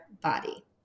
body